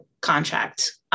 contract